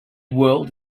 whirled